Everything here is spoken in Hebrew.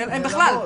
בכלל.